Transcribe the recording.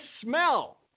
smell